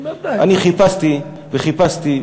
אני חיפשתי וחיפשתי,